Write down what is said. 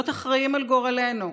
להיות אחראים לגורלנו.